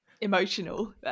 emotional